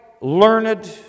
learned